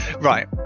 right